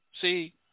See